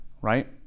right